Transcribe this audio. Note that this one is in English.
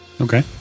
okay